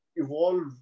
evolve